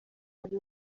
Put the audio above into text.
bari